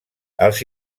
els